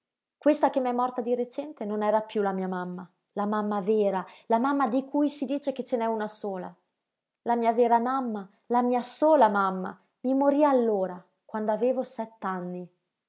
che m'è morta di recente non era piú la mamma la mamma vera la mamma di cui si dice che ce n'è una sola la mia vera mamma la mia sola mamma mi morí allora quand'avevo sett'anni e allora